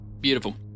beautiful